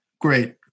great